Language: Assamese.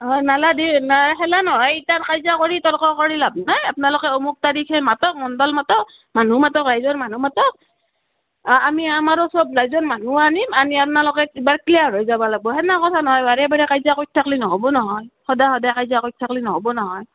অ নালাদি সেইটো নহয় এথান কাজিয়া কৰি তৰ্ক কৰি লাভ নাই আপোনালোকে অমোক তাৰিখে মাতক মণ্ডল মাতক মানুহ মাতক ৰাইজৰ মানুহ মাতক আ আমি আমাৰো সব ৰাইজৰ মানুহ আনিম আনি আপনালোকে কিবা থাকিলে আঁতৰি যাব লাগিব বাৰে বাৰে কাজিয়া কৰি থাকিলে নহ'ব নহয় সদায় সদায় কাজিয়া কৰি থাকিলে নহ'ব নহয়